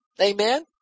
amen